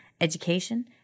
education